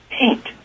paint